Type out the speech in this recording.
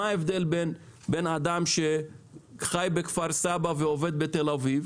מה ההבדל בין אדם שחי בכפר סבא ועובד בתל אביב